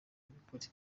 by’ukuri